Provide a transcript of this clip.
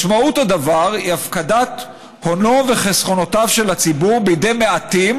משמעות הדבר היא הפקדת הונו וחסכונותיו של הציבור בידי מעטים,